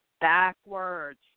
backwards